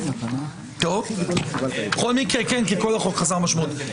כל החוק חסר משמעות.